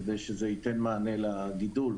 כדי לתת מענה לגידול.